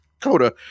Coda